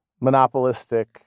monopolistic